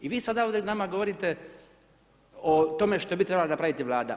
I vi sada ovdje nama govorite o tome što bi trebala napraviti Vlada.